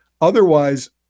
Otherwise